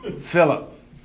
Philip